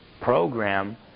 program